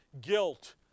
guilt